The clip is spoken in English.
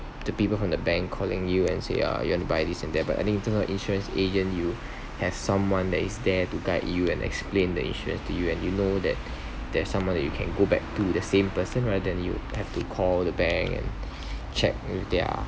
the people from the bank calling you and say uh you want to buy this and that but I mean that's why insurance agent you have someone that is there to guide you and explain the insurance to you and you know that there's someone you can go back to the same person rather than you have to call the bank and check with their